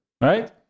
right